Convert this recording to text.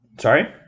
sorry